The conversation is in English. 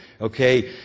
Okay